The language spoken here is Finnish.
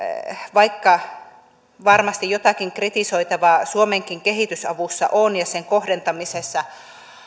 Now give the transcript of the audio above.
vaikka varmasti jotakin kritisoitavaa suomenkin kehitysavussa on ja sen kohdentamisessa